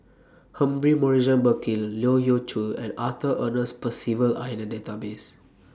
Humphrey Morrison Burkill Leu Yew Chye and Arthur Ernest Percival Are in The Database